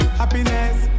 happiness